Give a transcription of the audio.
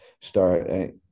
start